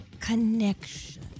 connection